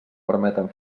permeten